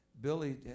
Billy